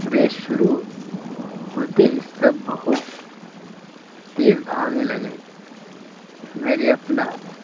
race شروع ہوتے ہی سب بہت تیز بھاگنے لگے میں نے اپنا